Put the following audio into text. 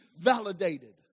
validated